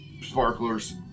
sparklers